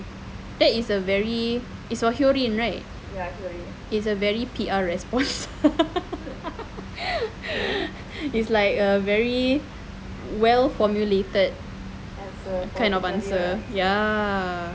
that is a very is hyorin right that is a very P_R response is like a very well formulated kind of answer ya